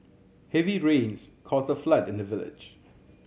heavy rains caused a flood in the village